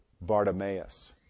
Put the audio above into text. Bartimaeus